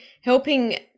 helping